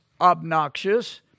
obnoxious